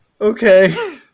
Okay